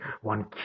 one